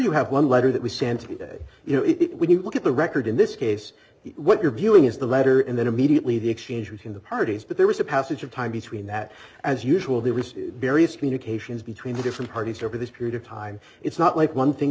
you have one letter that we stand today you know it when you look at the record in this case what you're viewing is the letter and then immediately the exchange between the parties but there was a passage of time that as usual the reste various communications between the different parties over this period of time it's not like one thing